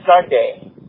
Sunday